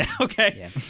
Okay